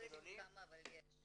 לא יודעים כמה, אבל יש.